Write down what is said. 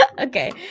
Okay